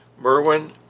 Merwin